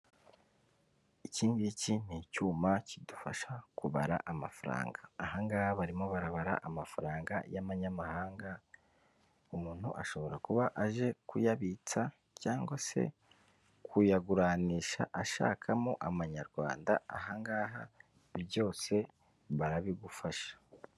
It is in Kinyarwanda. Iki ngiki ni icyuma kidufasha kubara amafaranga aha ngaha barimo barabara amafaranga y'amanyamahanga, umuntu ashobora kuba aje kuyabitsa cyangwa se kuyaguranisha ashakamo amanyarwanda aha ngaha byose barabigufasha.